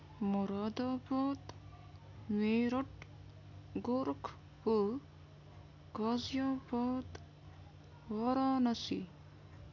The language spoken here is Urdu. مراد آباد میرٹھ گورکھپور غازی آباد وارانسی